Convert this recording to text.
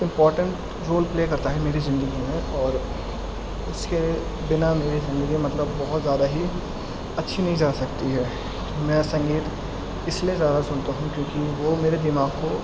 important role play کرتا ہے میری زندگی میں اور اس کے بنا میری زندگی مطلب بہت زیادہ ہی اچھی نہیں جا سکتی ہے میں سنگیت اس لیے زیادہ سنتا ہوں کیوںکہ وہ میرے دماغ کو